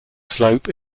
slope